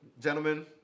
gentlemen